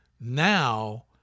now